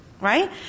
right